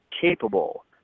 capable